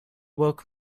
woke